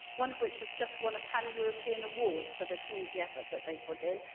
one of which has just won a pan-european award for the community effort that they put in,